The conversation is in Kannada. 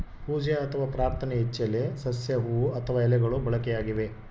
ಪೂಜೆ ಅಥವಾ ಪ್ರಾರ್ಥನೆ ಇಚ್ಚೆಲೆ ಸಸ್ಯ ಹೂವು ಅಥವಾ ಎಲೆಗಳು ಬಳಕೆಯಾಗಿವೆ